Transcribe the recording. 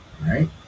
Right